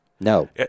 No